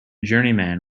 journeyman